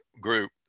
group